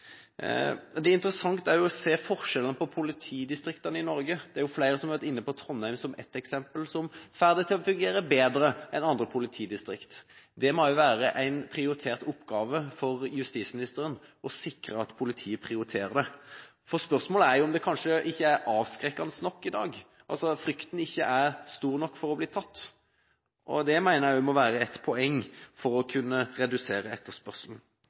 også interessant å se forskjellene mellom politidistriktene i Norge. Det er flere som har vært inne på Trondheim som et eksempel som får det til å fungere bedre enn andre politidistrikt. Det må også være en prioritert oppgave for justisministeren å sikre at politiet prioriterer dette. Spørsmålet er om det ikke er avskrekkende nok i dag – altså at frykten for å bli tatt ikke er stor nok. Det mener jeg må være et poeng for å redusere etterspørselen.